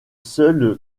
seule